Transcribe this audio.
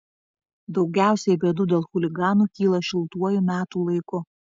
daugiausiai bėdų dėl chuliganų kyla šiltuoju metų laiku